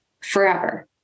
forever